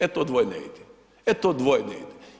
E to dvoje ne ide, e to dvoje ne ide.